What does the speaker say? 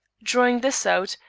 drawing this out,